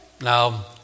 Now